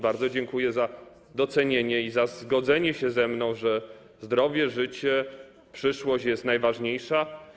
Bardzo dziękuję za docenienie i za zgodzenie się ze mną, że zdrowie, życie, przyszłość są najważniejsze.